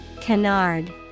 Canard